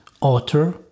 author